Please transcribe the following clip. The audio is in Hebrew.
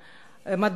אגב,